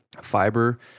fiber